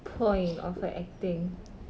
point of her acting